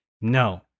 no